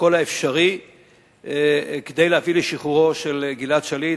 כל האפשרי כדי להביא לשחרורו של גלעד שליט,